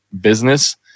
business